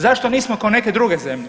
Zašto nismo k'o neke druge zemlje?